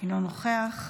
אינו נוכח,